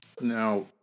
Now